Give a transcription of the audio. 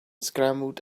scrambled